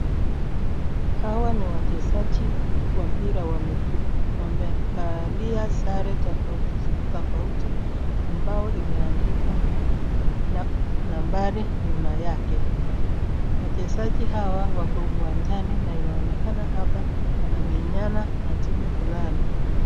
Hawa ni wachezaji wa mpira wa miguu. Wamevalia sare tofauti tofauti ambao imeandikwa nambari nyuma yake. Wachezaji hawa wako uwanjani na inaonekana hapa wanamenyana na timu fulani.